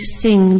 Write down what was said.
sing